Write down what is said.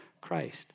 Christ